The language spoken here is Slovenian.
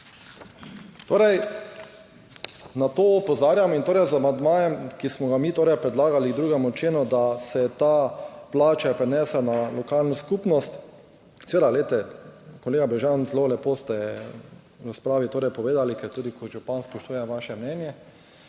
Torej, na to opozarjamo in z amandmajem, ki smo ga mi torej predlagali k 2. členu, da se ta plača prenese na lokalno skupnost. Seveda, glejte kolega Brežan, zelo lepo ste v razpravi torej povedali, ker tudi kot župan spoštujem vaše mnenje,